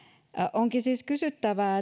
onkin siis kysyttävä